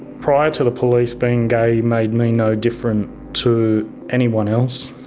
prior to the police, being gay made me no different to anyone else.